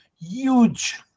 Huge